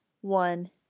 one